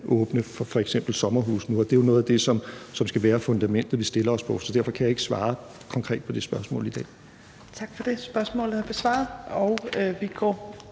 åbne for f.eks. sommerhusene, og det er jo noget af det, som skal være fundamentet, vi stiller os på, så derfor kan jeg ikke svare konkret på det spørgsmål i dag. Kl. 15:08 Fjerde næstformand (Trine